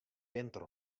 winter